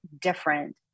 different